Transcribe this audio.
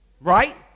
Right